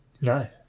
No